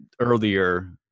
earlier